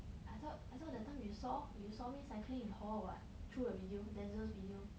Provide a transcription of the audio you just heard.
I thought I thought that time you saw you saw me cycling in hall what through a video denzel'svideo